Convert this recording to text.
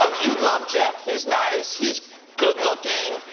you'd love jeff. he's nice, he's good looking.